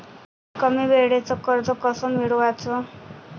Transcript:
कमी वेळचं कर्ज कस मिळवाचं?